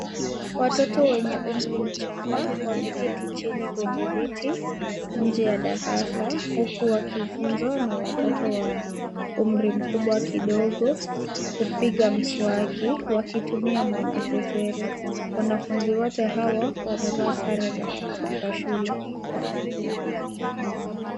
Watoto wenye umri mchanga wameketi chini kwenye viti nje ya darasa huku wakifunzwa na watoto wa umri mkubwa kidogo kupiga mswaki wakitumia mwana sesere. Wanafunzi wote hao wamevaa sare za shule.